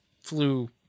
flew